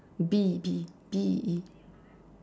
bee bee B E E